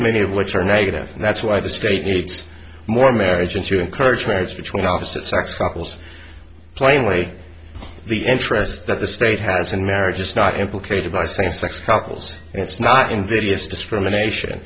many of which are negative and that's why the state needs more marriage and to encourage marriage between opposite sex couples playing way the interest that the state has in marriage is not implicated by same sex couples and it's not invidious discrimination